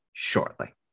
Shortly